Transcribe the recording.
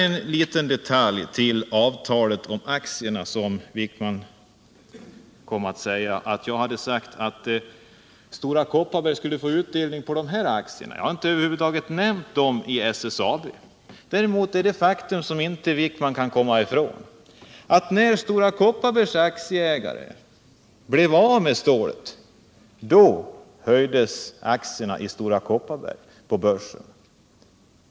En liten detalj till avtalet om aktierna. Anders Wijkman påstod att jag hade sagt att Stora Kopparberg skulle få utdelning på de här aktierna. Jag har över huvud taget inte nämnt aktierna i SSAB. Däremot är det ett faktum som Anders Wijkman inte kan komma ifrån, nämligen att när Stora Kopparbergs aktieägare blev av med stålet höjdes aktierna i Stora Kopparberg på börsen.